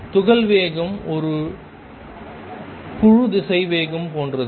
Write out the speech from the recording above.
துகள் வேகம் குழு திசைவேகம் போன்றது